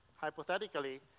hypothetically